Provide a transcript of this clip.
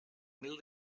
mil